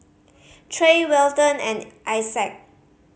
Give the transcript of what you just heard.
Trey Welton and Isaac